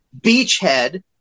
beachhead